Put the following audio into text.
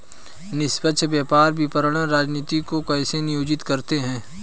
निष्पक्ष व्यापार विपणन रणनीतियों को कैसे नियोजित करते हैं?